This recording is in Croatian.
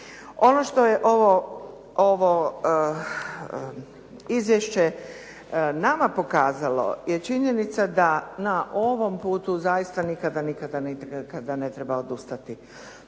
Ono što je ovo izvješće nama pokazalo je činjenica da na ovom putu zaista nikada, nikada ne treba odustati.